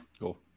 Cool